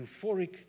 euphoric